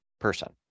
person